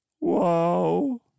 wow